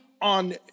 on